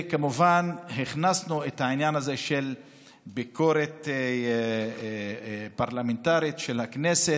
כמובן הכנסנו את העניין הזה של ביקורת פרלמנטרית של הכנסת,